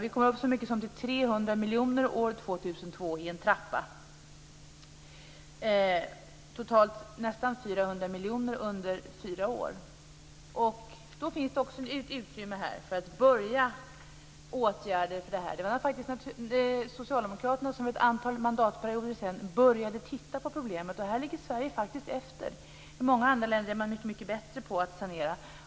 Vi kommer upp till så mycket som 300 miljoner kronor år 2002 i en trappa. Totalt handlar det om nästan 400 miljoner under fyra år. Då finns det också ett utrymme för att påbörja åtgärder för det här. Det var faktiskt socialdemokraterna som för ett antal mandatperioder sedan började titta på problemet, och här ligger Sverige efter. I många andra länder är man mycket bättre på att sanera.